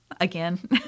again